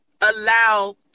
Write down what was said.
allow